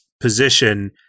position